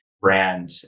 brand